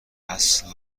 اصلا